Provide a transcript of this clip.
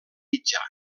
mitjà